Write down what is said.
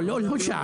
לא שעה,